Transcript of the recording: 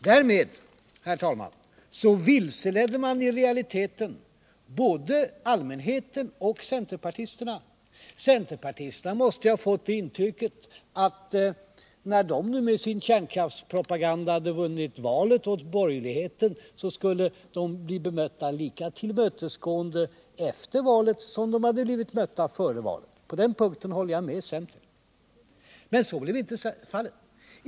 Därmed, herr talman, vilseledde man i realiteten både allmänheten och centerpartisterna. Centerpartisterna måste ju ha fått det intrycket, att när de med sin kärnkraftspropaganda vunnit valet åt borgerligheten, så skulle de bli bemötta lika tillmötesgående efter valet som de hade blivit bemötta före valet. På den punkten håller jag med centern. Men så blev inte fallet.